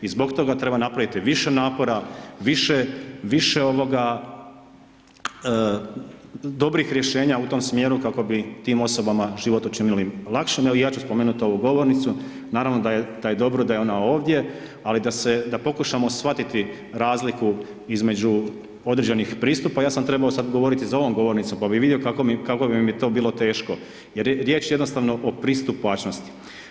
I zbog toga treba napraviti više napora, više, više ovoga dobrih rješenja u tom smjeru kako bi tim osobama život učinili lakšim, evo ja ću spomenut ovu govornicu, naravno da je dobro da je ona ovdje ali da se, da pokušamo shvatiti razliku između određenih pristupa, ja sam sad trebao govoriti za ovom govornicom pa bi vidio kako mi, kako bi mi to bilo teško, jer riječ je jednostavno o pristupačnosti.